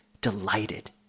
delighted